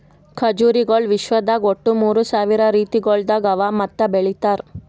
ಖಜುರಿಗೊಳ್ ವಿಶ್ವದಾಗ್ ಒಟ್ಟು ಮೂರ್ ಸಾವಿರ ರೀತಿಗೊಳ್ದಾಗ್ ಅವಾ ಮತ್ತ ಬೆಳಿತಾರ್